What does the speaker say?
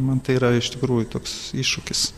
man tai yra iš tikrųjų toks iššūkis